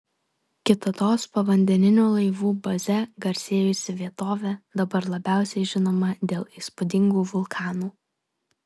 kitados povandeninių laivų baze garsėjusi vietovė dabar labiausiai žinoma dėl įspūdingų vulkanų